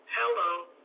Hello